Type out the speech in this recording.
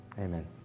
amen